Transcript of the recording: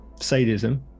sadism